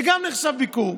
זה גם נחשב ביקור.